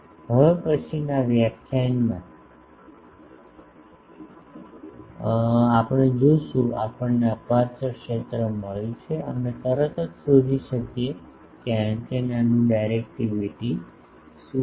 હવે પછીનાં વ્યાખ્યાનમાં આપણે જોશું આપણને અપેર્ચર ક્ષેત્ર મળ્યું છે અમે તરત જ શોધી શકીએ કે આ એન્ટેનાનું ડાયરેક્ટિવિટી શું છે